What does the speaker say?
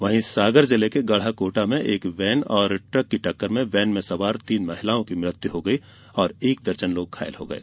वहीं सागर जिले के गढ़ाहकोटा में एक वेन और ट्रक की टक्कर में वेन में सवार तीन महिलाओं की मृत्यु हो गयी और एक दर्जन लोग घायल हो गये